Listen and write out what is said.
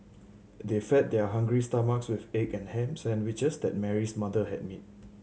they fed their hungry stomachs with the egg and ham sandwiches that Mary's mother had made